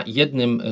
jednym